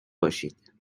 باشید